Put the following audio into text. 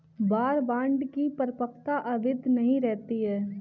war bond की परिपक्वता अवधि नहीं रहती है